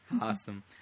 Awesome